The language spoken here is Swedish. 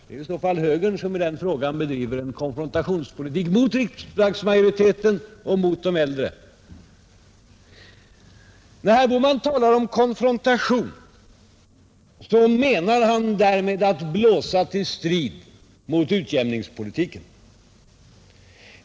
Nej, det är högern som i riksdagen bedriver konfrontationspolitik mot riksdagsmajoriteten och mot de äldre, När herr Bohman talar om konfrontation menar han därmed att blåsa till strid mot utjämningspolitiken.